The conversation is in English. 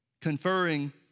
conferring